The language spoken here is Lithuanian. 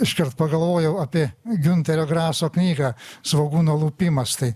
iškart pagalvojau apie giunterio graso knygą svogūno lupimas tai